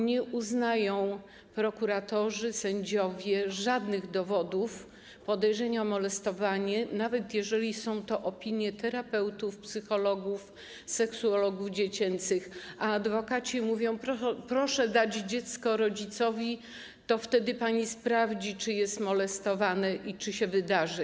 Nie uznają prokuratorzy, sędziowie żadnych dowodów, podejrzeń o molestowanie, nawet jeżeli są to opinie terapeutów, psychologów, seksuologów dziecięcych, a adwokaci mówią: proszę dać dziecko rodzicowi, to wtedy pani sprawdzi, czy jest molestowane i czy się to wydarzy.